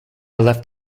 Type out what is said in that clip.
left